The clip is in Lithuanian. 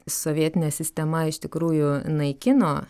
sovietinė sistema iš tikrųjų naikino